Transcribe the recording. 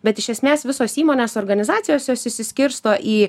bet iš esmės visos įmonės organizacijos jos išsiskirsto į